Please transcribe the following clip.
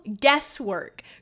guesswork